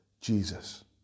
Jesus